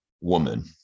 woman